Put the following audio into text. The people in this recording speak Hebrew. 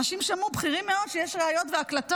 אנשים בכירים מאוד שמעו שיש ראיות והקלטות.